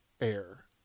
air